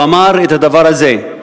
הוא אמר את הדבר הזה,